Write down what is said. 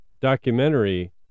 documentary